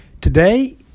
Today